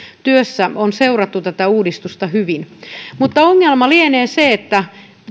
työssä on seurattu tätä uudistusta hyvin mutta ongelma lienee se että